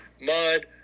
mud